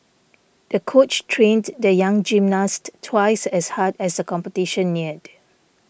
the coach trained the young gymnast twice as hard as the competition neared